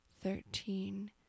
thirteen